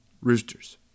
Roosters